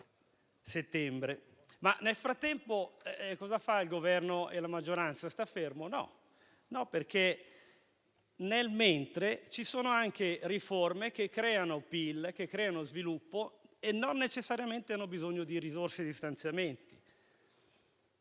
Nel frattempo, cosa fanno Governo e maggioranza? Stanno fermi? No, perché nel mentre ci sono anche riforme che creano PIL, creano sviluppo e non necessariamente hanno bisogno di risorse e di stanziamenti.